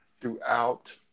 throughout